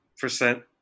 percent